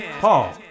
Paul